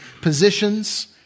positions